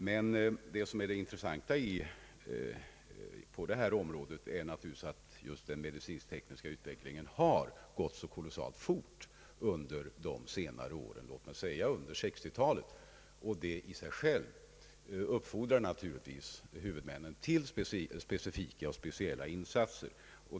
Men vad som är intressant på detta område är naturligtvis att just den teknisk-medicinska utvecklingen har gått så kolossalt fort under 1960-talet. Detta i sig självt uppfordrar ju huvudmännen till specifika och speciella insatser.